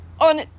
on